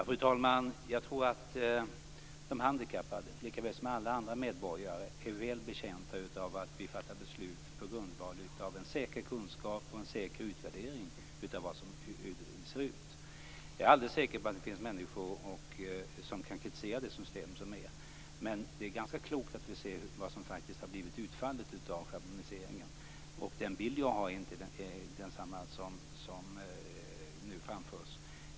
Fru talman! Jag tror att de handikappade likaväl som andra medborgare är väl betjänta av att vi fattar beslut på grundval av en säker kunskap och en säker utvärdering av hur det ser ut. Jag är alldeles säker på att det finns människor som kan kritisera det system som finns. Men det är ganska klokt att faktiskt se vad som har blivit utfallet av schabloniseringen, och den bild jag har är inte densamma som nu framförs.